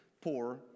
poor